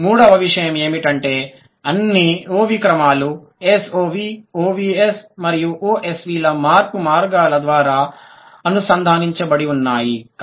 మరియు మూడవ విషయం ఏమిటంటే అన్ని OV క్రమాలు SOV OVS మరియు OSV ల మార్పు మార్గాల ద్వారా అనుసంధానించబడి ఉన్నాయి